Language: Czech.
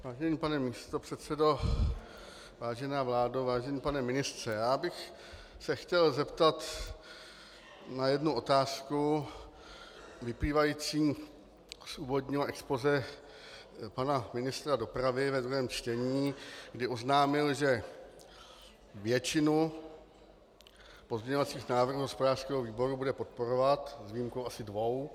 Vážený pane místopředsedo, vážená vládo, vážený pane ministře, já bych se chtěl zeptat na jednu otázku vyplývající z úvodního expozé pana ministra dopravy ve druhém čtení, kdy oznámil, že většinu pozměňovacích návrhů hospodářského výboru bude podporovat s výjimkou asi dvou.